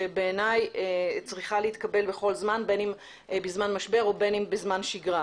שבעיניי צריכה להתקבל בכל זמן - בין אם בזמן משבר ובין אם בזמן שגרה.